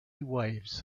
waves